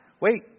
wait